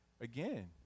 again